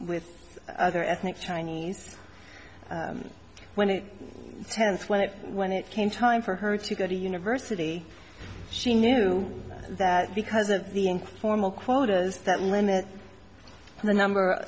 with other ethnic chinese when it terence when it when it came time for her to go to university she knew that because of the informal quotas that limit the number